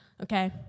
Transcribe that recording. okay